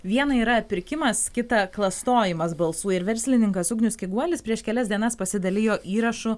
viena yra pirkimas kita klastojimas balsų ir verslininkas ugnius kiguolis prieš kelias dienas pasidalijo įrašu